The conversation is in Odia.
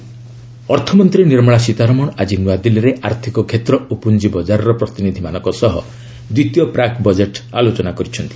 ସୀତାରମଣ ଅର୍ଥମନ୍ତ୍ରୀ ନିର୍ମଳା ସୀତାରମଣ ଆଜି ନୂଆଦିଲ୍ଲୀରେ ଆର୍ଥିକ କ୍ଷେତ୍ର ଓ ପ୍ରଞ୍ଜିବଜାରର ପ୍ରତିନିଧିମାନଙ୍କ ସହ ଦ୍ୱିତୀୟ ପ୍ରାକ୍ ବଜେଟ୍ ଆଲୋଚନା କରିଛନ୍ତି